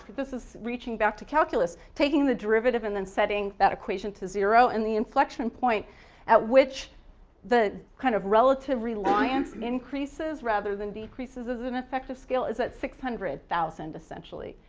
this is reaching back to calculus, taking the derivative and then setting that equation to zero and the inflection point at which the kind of relative reliance increases rather than decreases is an effective scale is at six hundred thousand essentially.